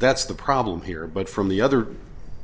that's the problem here but from the other